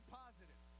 positive